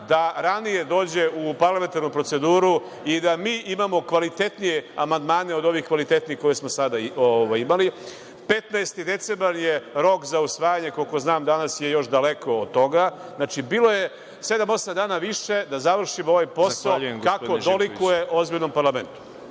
da ranije dođe u parlamentarnu proceduru i da mi imamo kvalitetnije amandmane od ovih kvalitetnijih koje smo sada imali. Petnaesti decembar je rok za usvajanje, koliko znam, danas je još daleko od toga. Znači, bilo je sedam, osam dana više da završimo ovaj posao kako dolikuje ozbiljnom parlamentu.